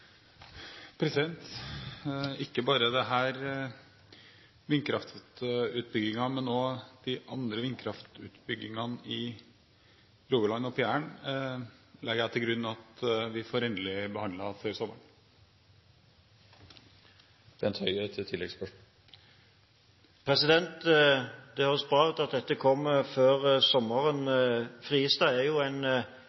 Ikke bare denne vindkraftutbyggingen, men også de andre vindkraftutbyggingene i Rogaland og på Jæren legger jeg til grunn at vi får endelig behandlet før sommeren. Det høres bra ut at det kommer før sommeren. Friestad er jo